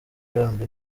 rnb